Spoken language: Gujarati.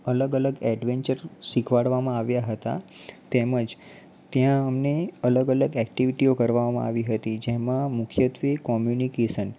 અલગ અલગ ઍડવેન્ચર શીખવાડવામાં આવ્યાં હતાં તેમ જ ત્યાં અમને અલગ અલગ ઍક્ટિવિટીઓ કરાવવામાં આવી હતી જેમાં મુખ્યત્ત્વે કૉમ્યુનિકેશન